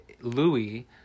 Louis